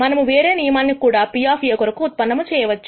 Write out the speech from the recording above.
మనము వేరే నియమాన్ని కూడా P కొరకు ఉత్పన్నం చేయవచ్చు